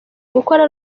gukora